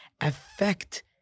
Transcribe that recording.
affect